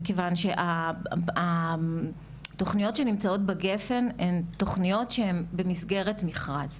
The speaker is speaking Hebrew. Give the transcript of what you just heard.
מכיוון שהתוכניות שנמצאות בגפן הן תוכניות במסגרת מכרז,